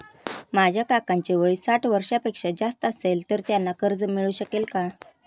माझ्या काकांचे वय साठ वर्षांपेक्षा जास्त असेल तर त्यांना कर्ज मिळू शकेल का?